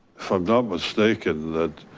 not mistaken that